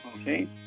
okay